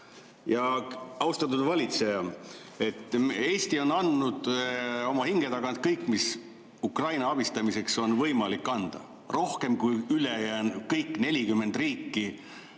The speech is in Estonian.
Austatud valitseja! Eesti on andnud oma hinge tagant kõik, mis Ukraina abistamiseks on võimalik anda, rohkem kui teised 40 riiki